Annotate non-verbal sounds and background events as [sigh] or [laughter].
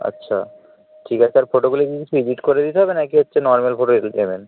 আচ্ছা ঠিক আছে আর ফটোগুলি কি কিছু এডিট করে দিতে হবে না কি হচ্ছে নর্ম্যাল ফটো [unintelligible] নেবেন